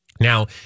Now